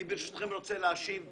ברשותכם, אני רוצה להשיב בקצרה.